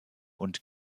und